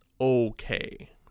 okay